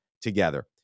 together